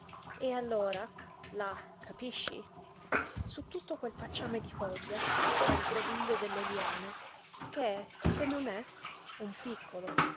e allora là capisci su tutto quel pacciame di foglie tra il groviglio delle liane che è che non è un piccolo